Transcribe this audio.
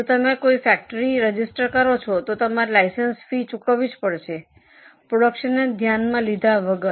જો તમે કોઈ ફેક્ટરી રેજિસ્ટર કરો છો તો તમારે લાયસન્સ ફી ચૂકવવી પડશે પ્રોડ્યૂકશનને ધ્યાનમાં લીધા વગર